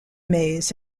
maze